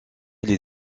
les